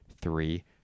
three